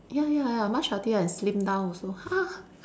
ya ya ya much healthier and slim down also